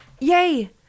Yay